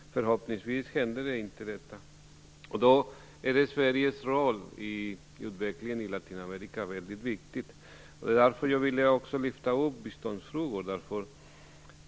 Förhoppningsvis händer inte detta, men Sveriges roll i Latinamerikas utveckling är väldigt viktig. Jag vill också lyfta upp biståndsfrågorna.